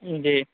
جی